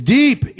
deep